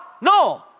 no